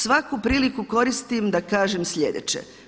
Svaku priliku koristim da kažem sljedeće.